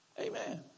Amen